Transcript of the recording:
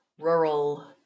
rural